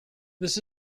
this